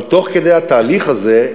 אבל תוך כדי התהליך הזה,